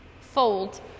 Fold